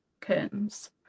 curtains